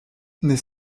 n’est